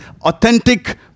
authentic